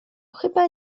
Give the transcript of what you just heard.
chyba